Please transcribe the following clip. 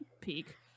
peak